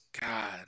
God